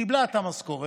קיבלה את המשכורת